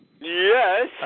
Yes